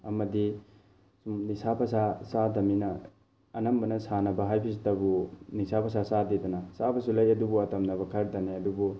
ꯑꯃꯗꯤ ꯁꯨꯝ ꯅꯤꯁꯥ ꯄꯁꯥ ꯆꯥꯗꯕꯅꯤꯅ ꯑꯅꯝꯕꯅ ꯁꯥꯟꯅꯕ ꯍꯥꯏꯕꯁꯤꯇꯕꯨ ꯅꯤꯁꯥ ꯄꯁꯥ ꯆꯥꯗꯦꯗꯅ ꯆꯥꯕꯁꯨ ꯂꯩ ꯑꯗꯨꯨꯕꯨ ꯑꯇꯝꯅꯕ ꯈꯔꯇꯅꯦ ꯑꯗꯨꯕꯨ